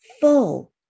Full